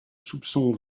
soupçon